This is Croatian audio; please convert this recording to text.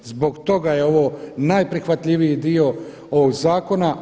Zbog toga je ovo najprihvatljiviji dio ovog zakona.